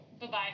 Bye-bye